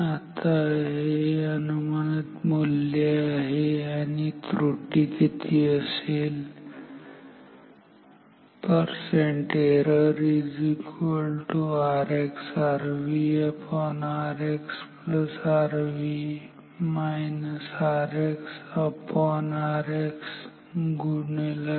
आता आता हे अनुमानित मूल्य आहे आणि त्रुटी किती असेल